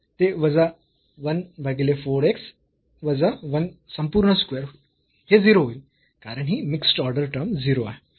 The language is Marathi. तर ते वजा 1 भागीले 4 x वजा 1 संपूर्ण स्क्वेअर होईल हे 0 होईल कारण ही मिक्स्ड ऑर्डर टर्म 0 आहे